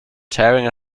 tearing